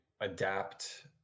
adapt